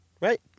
Right